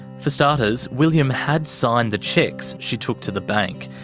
for starters, william had signed the cheques she took to the bank.